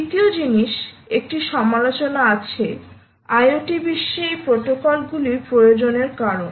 দ্বিতীয় জিনিস একটি সমালোচনা আছে IoT বিশ্বে এই প্রোটোকলগুলির প্রয়োজনের কারণ